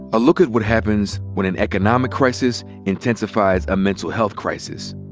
a look at what happens when an economic crisis intensifies a mental health crisis.